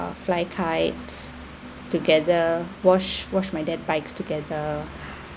uh fly kites together wash wash my dad bikes together